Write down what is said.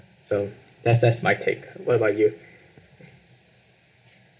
so that's that's my take what about you